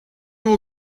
will